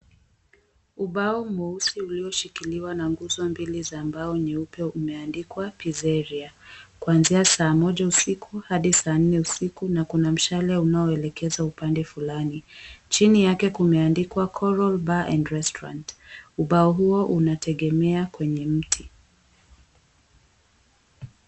Ubao mweusi ulioshikiliwa na nguzo mbili za mbao nyeupe umeandikwa pizzeria kwanzia saa Moja usiku Hadi saa nne usiku na kuna mshale unaolekezwa upande fulani, chini yake kumeandikwa Coral Bar and Restaurant ubao huo unategemea kwenye mti.